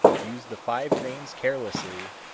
use the five grains carelessly,